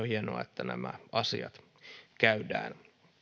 hienoa että nämä asiat käydään